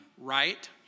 right